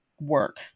work